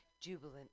jubilant